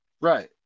Right